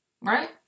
Right